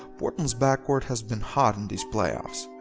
portland's backcourt has been hot in these playoffs.